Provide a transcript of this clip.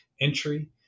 entry